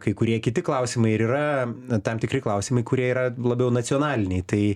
kai kurie kiti klausimai ir yra tam tikri klausimai kurie yra labiau nacionaliniai tai